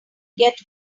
get